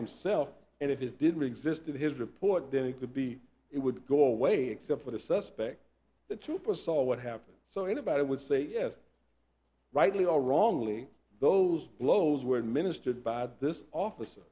himself and if it didn't exist in his report then it could be it would go away except for the suspect the trooper saw what happened so in about i would say yes rightly or wrongly those blows were administered by this officer